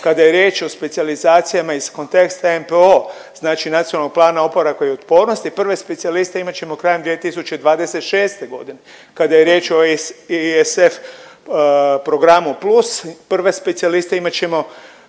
Kada je riječ o specijalizacijama iz konteksta NPOO, znači Nacionalnog plana oporavka i otpornosti, prve specijaliste imat ćemo krajem 2026.g.. Kada je riječ o ISF programu plus, prve specijaliste imat ćemo